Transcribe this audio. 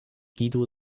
guido